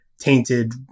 tainted